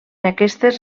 aquestes